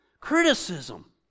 Criticism